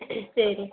சரி